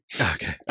Okay